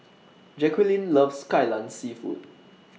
Jaquelin loves Kai Lan Seafood